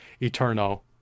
eternal